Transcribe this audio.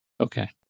Okay